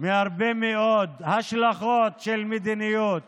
מהרבה מאוד השלכות של מדיניות